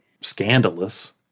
scandalous